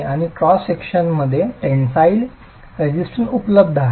आणि क्रॉस सेक्शनमध्ये tensile resistance उपलब्ध आहेत